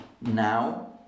now